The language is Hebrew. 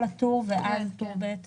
"תוספת